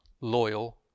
loyal